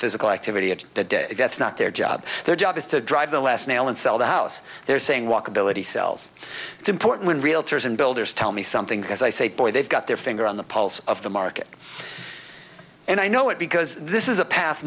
physical activity that day that's not their job their job is to drive the last nail and sell the house they're saying walkability sells it's important realtors and builders tell me something because i say boy they've got their finger on the pulse of the market and i know it because this is a path